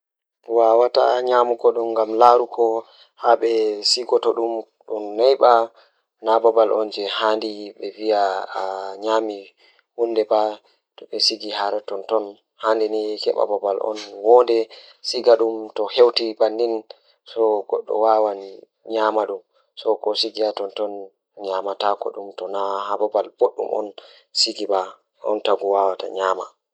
Kono njeyaaji waɗi ina ngari e labbu waɗugo soogoo jeema, miɗo faami ko ɗum ngam laawol heɓugo baafal ɗuɗɗum waɗano jeemol janngo. Himo waɗa waɗude neɗɗo faalooji tun, waɗude jeemol moƴƴi e aduna hannde tefnataa mbeewa nootaande. Miɗo waɗa aɗaɓɓe ko ina faaɗa tefnude ngal jeemol so wonaa kadi heɓugo firteeji moƴƴi e ndiyam.